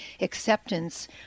acceptance